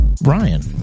brian